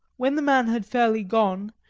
when the man had fairly gone,